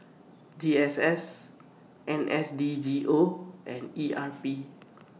G S S N S D G O and E R P